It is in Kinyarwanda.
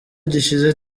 gishize